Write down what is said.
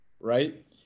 right